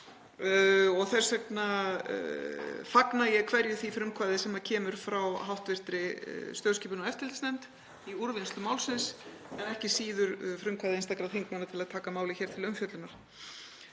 Þess vegna fagna ég hverju því frumkvæði sem kemur frá hv. stjórnskipunar- og eftirlitsnefnd í úrvinnslu málsins, en ekki síður frumkvæði einstakra þingmanna til að taka málið til umfjöllunar.